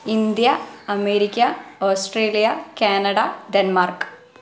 India America Australia Canada Denmark